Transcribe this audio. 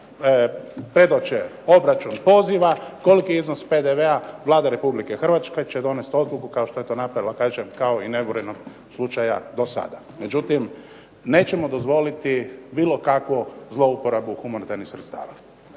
predoče obračun poziva, koliki je iznos PDV-a, Vlada Republike Hrvatske će donest odluku kao što je to napravila kažem kao i u nebrojeno slučajeva do sada. Međutim, nećemo dozvoliti bilo kakvu zlouporabu humanitarnih sredstava.